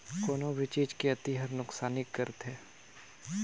कोनो भी चीज के अती हर नुकसानी करथे